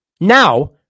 now